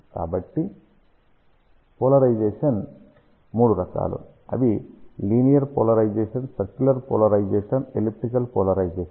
కాబట్టి పోలరిజేషన్ మూడు రకాలు అవి linear polarisation circular polarisation elliptical polarisation